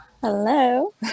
Hello